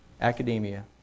academia